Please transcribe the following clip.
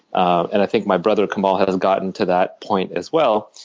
and i think my brother kamal has gotten to that point, as well.